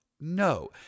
No